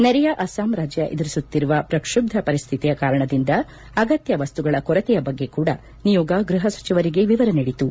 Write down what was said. ನೆರೆಯ ಅಸ್ಲಾಂ ರಾಜ್ಯ ಎದುರಿಸುತ್ತಿರುವ ಪ್ರಕ್ಷುಬ್ದ ಪರಿಸ್ತಿತಿಯ ಕಾರಣದಿಂದ ಅಗತ್ತ ವಸ್ತುಗಳ ಕೊರತೆಯ ಬಗ್ಗೆ ಕೂಡ ನಿಯೋಗ ಗ್ವಹ ಸಚಿವರಿಗೆ ವಿವರ ನೀಡಿತು